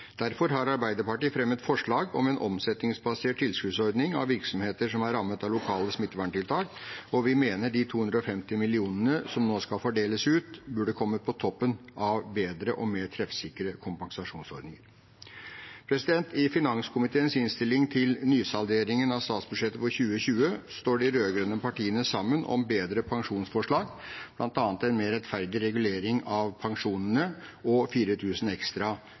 Derfor har Arbeiderpartiet fremmet forslag om en omsetningsbasert tilskuddsordning for virksomheter som er rammet av lokale smitteverntiltak, og vi mener de 250 millionene som nå skal fordeles ut, burde kommet på toppen av bedre og mer treffsikre kompensasjonsordninger. I finanskomiteens innstilling til nysalderingen av statsbudsjettet for 2020 står de rød-grønne partiene sammen om bedre pensjonsforslag, bl.a. en mer rettferdig regulering av pensjonene og 4 000 kr ekstra